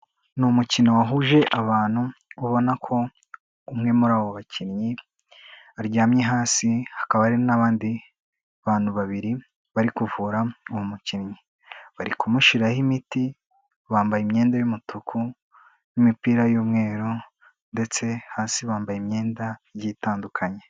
Ni umukino wahuje abantu ubona ko umwe muri abo bakinnyi aryamye hasi, hakaba ari n'abandi bantu babiri bari kuvura uwo mukinnyi, bari kumushiraho imiti, bambaye imyenda y'umutuku n'imipira y'umweru ndetse hasi bambaye imyenda igiye itandukanye.